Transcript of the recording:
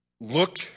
look